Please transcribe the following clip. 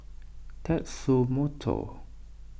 Tatsumoto